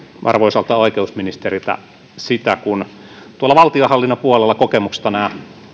arvoisalta oikeusministeriltä kun kokemuksesta valtionhallinnon puolella nämä